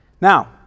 Now